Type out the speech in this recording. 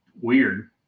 weird